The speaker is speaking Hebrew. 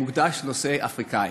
מוקדש לנושא האפריקני.